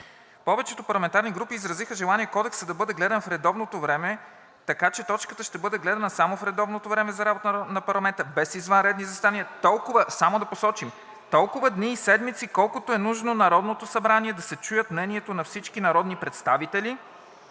Повечето парламентарни групи изразиха желание Кодексът да бъде гледан в редовното време, така че точката ще бъде гледана само в редовното време за работа на парламента, без извънредни заседания – само да посочим – толкова дни и седмици, колкото е нужно в Народното събрание да се чуе мнението на всички народни представители,